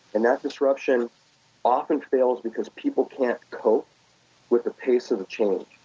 and that disruption often fails because people can't cope with the pace of the change.